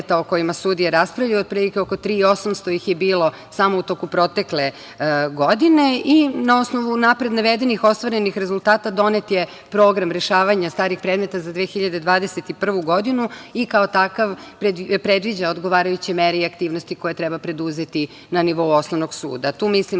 o kojima sudije raspravljaju. Otprilike oko 3.800 ih je bilo samo u toku protekle godine. Na osnovu napred navedenih ostvarenih rezultata donet je program rešavanja starih predmeta za 2021. godinu i kao takav predviđa odgovarajuće mere i aktivnosti koje treba preduzeti na nivou osnovnog suda. Tu mislim